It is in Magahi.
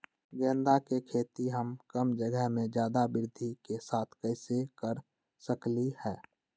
गेंदा के खेती हम कम जगह में ज्यादा वृद्धि के साथ कैसे कर सकली ह?